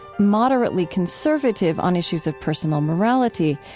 moderately conservative on issues of personal morality,